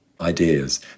ideas